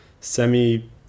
semi